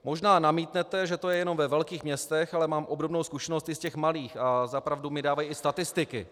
Možná namítnete, že to je jenom ve velkých městech, ale mám obdobnou zkušenost i z těch malých a za pravdu mi dávají i statistiky.